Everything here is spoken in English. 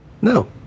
No